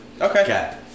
Okay